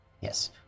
Yes